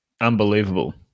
unbelievable